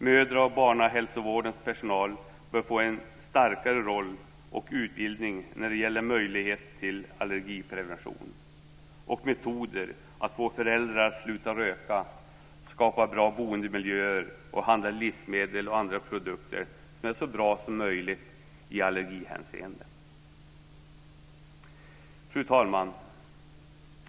Mödra och barnhälsovårdens personal bör få en starkare roll och utbildning när det gäller möjlighet till allergiprevention och metoder för att få föräldrar att sluta röka, skapa bra boendemiljöer och handla livsmedel och andra produkter som är så bra som möjligt i allergihänseende. Fru talman!